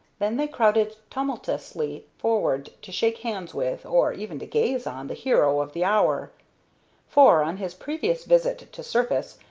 then they crowded tumultuously forward to shake hands with, or even to gaze on, the hero of the hour for, on his previous visit to surface,